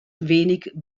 wenig